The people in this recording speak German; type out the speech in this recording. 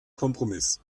kompromiss